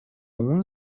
اون